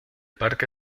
parque